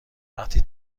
وقتی